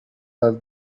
are